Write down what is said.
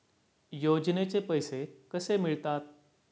योजनेचे पैसे कसे मिळतात?